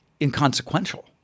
inconsequential